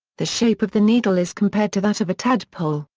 the shape of the needle is compared to that of a tadpole,